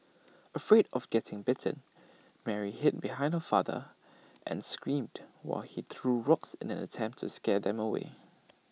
afraid of getting bitten Mary hid behind her father and screamed while he threw rocks in an attempt to scare them away